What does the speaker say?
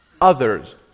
others